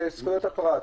הוא פגיעה בזכויות הפרט.